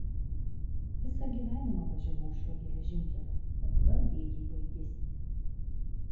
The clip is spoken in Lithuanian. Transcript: visą gyvenimą važiavau šiuo geležinkeliu o dabar bėgiai baigėsi